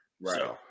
Right